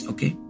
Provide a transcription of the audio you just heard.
Okay